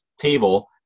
table